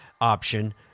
option